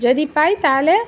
যদি পাই তাহলে